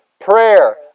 prayer